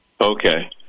Okay